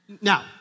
Now